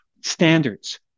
Standards